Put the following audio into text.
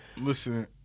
listen